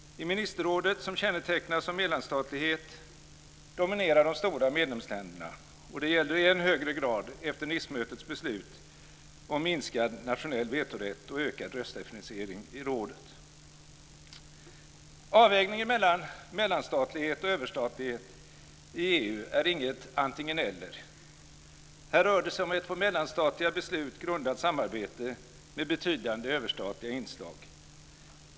I ministerrådet, som kännetecknas av mellanstatlighet, dominerar de stora medlemsländerna. Det gäller i än högre grad efter Nicemötets beslut om minskad nationell vetorätt och ökad röstdifferentiering i rådet. Avvägningen mellan mellanstatlighet och överstatlighet inom EU är inget antingen-eller. Här rör det sig om ett på mellanstatliga beslut grundat samarbete med betydande överstatliga inslag.